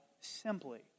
simply